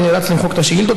אני נאלץ למחוק את השאילתות.